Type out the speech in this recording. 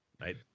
Right